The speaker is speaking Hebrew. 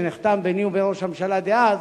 שנחתם ביני ובין ראש הממשלה דאז,